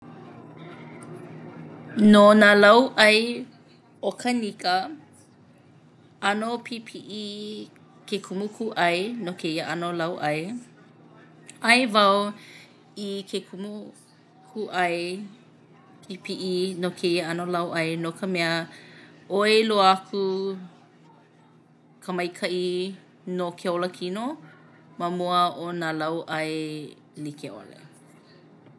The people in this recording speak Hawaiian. No nā lauʻai ʻokanika ʻano pipiʻi ke kumukūʻai no kēia ʻano lauʻai. ʻAe wau i ke kumukūʻai pipiʻi no kēia ʻano lauʻai no ka mea ʻoi loa aku ka maikaʻi no ke olakino ma mua o nā lauʻai like ʻole.